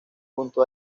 junto